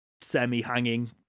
semi-hanging